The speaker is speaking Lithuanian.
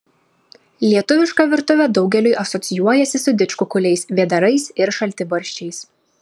lietuviška virtuvė daugeliui asocijuojasi su didžkukuliais vėdarais ir šaltibarščiais